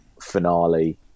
finale